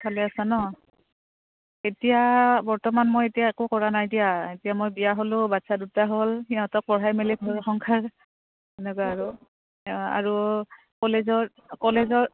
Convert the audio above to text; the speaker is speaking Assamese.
ভালে আছা ন এতিয়া বৰ্তমান মই এতিয়া একো কৰা নাই এতিয়া এতিয়া মই বিয়া হ'লোঁ বাচ্ছা দুটা হ'ল সিহঁতক পঢ়াই মেলি সংসাৰ সেনেকুৱা আৰু আৰু কলেজৰ কলেজৰ